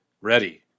ready